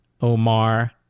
Omar